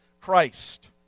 Christ